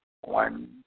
One